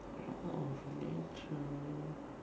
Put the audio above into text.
law of nature